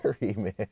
man